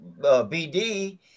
BD